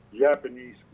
Japanese